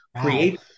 create